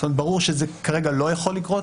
ברור שזה כרגע לא יכול לקרות,